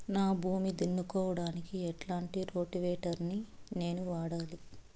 నా భూమి దున్నుకోవడానికి ఎట్లాంటి రోటివేటర్ ని నేను వాడాలి?